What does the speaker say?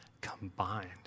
combined